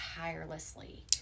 tirelessly